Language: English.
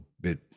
bit